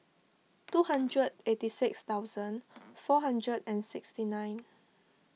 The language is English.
two hundred eighty six thousand four hundred and sixty nine